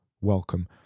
welcome